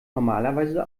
normalerweise